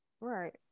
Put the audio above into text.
right